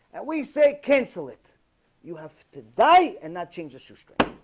and we say cancel it you have to die and not change the system